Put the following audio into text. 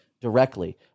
directly